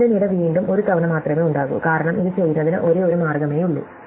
ആദ്യ നിര വീണ്ടും ഒരു തവണ മാത്രമേ ഉണ്ടാകൂ കാരണം ഇത് ചെയ്യുന്നതിന് ഒരേയൊരു മാർഗ്ഗമേയുള്ളൂ